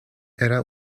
era